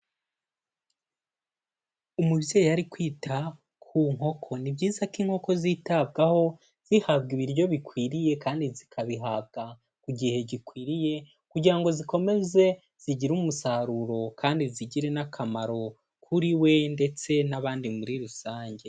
Umubyeyi ari kwita ku nkoko, ni byiza ko inkoko zitabwaho zihabwa ibiryo bikwiriye kandi zikabihabwa ku gihe gikwiriye kugira ngo zikomeze zigire umusaruro kandi zigire n'akamaro kuri we ndetse n'abandi muri rusange.